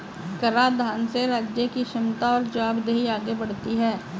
कराधान से राज्य की क्षमता और जवाबदेही आगे बढ़ती है